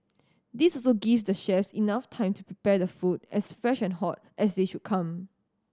this also give the chefs enough time to prepare the food as fresh and hot as they should come